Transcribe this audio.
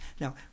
Now